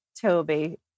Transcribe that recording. Toby